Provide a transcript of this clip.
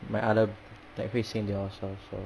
my other like hui xin they all also so